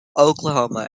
oklahoma